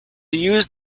use